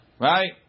Right